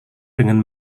dengan